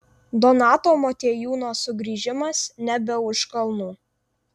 donato motiejūno sugrįžimas nebe už kalnų